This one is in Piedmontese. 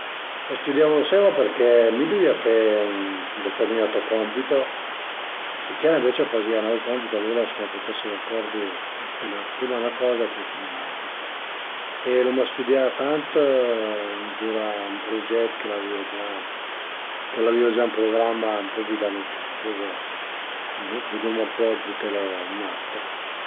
Sincerament a mi a më a m'da fastidi arivé ën ritard a i apuntament, infatti cuand devu ëncuntreme cun cuaidün cercu d'arivé sempre, dizu nen tant ën anticip però cui, des minüte, ün cuart d'ura ën anticip, a volte a capita anche prima, però preferisu arivé ën anticip a i apuntament